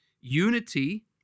unity